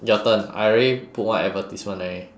your turn I already put one advertisement already